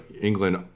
England